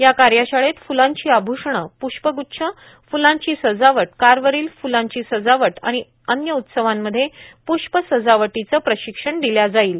या कार्यशाळेत फुलांचे आभ्षण प्ष्पग्च्छ फुलांची सजावट कारवरील फुलांची सजावट आणि अन्य उत्सवांमध्ये प्ष्प सजावटीचं प्रशिक्षण दिल्या जाईल